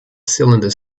cylinder